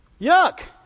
Yuck